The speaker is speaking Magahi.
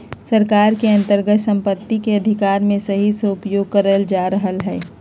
सरकार के अन्तर्गत सम्पत्ति के अधिकार के सही से उपयोग करल जायत रहलय हें